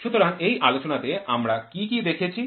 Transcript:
সুতরাং এই আলোচনাতে আমরা কি কি দেখেছি